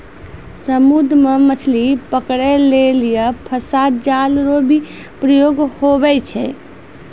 समुद्र मे मछली पकड़ै लेली फसा जाल रो भी प्रयोग हुवै छै